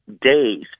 days